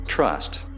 Trust